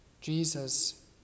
Jesus